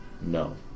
No